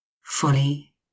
fully